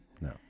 No